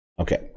Okay